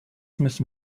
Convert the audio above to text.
müssen